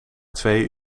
twee